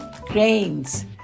grains